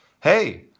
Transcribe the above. Hey